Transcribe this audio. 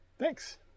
Thanks